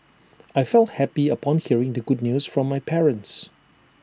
I felt happy upon hearing the good news from my parents